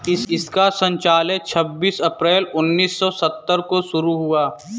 इसका संचालन छब्बीस अप्रैल उन्नीस सौ सत्तर को शुरू हुआ